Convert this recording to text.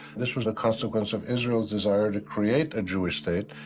this was a consequence of israelis desire to create a jewish state,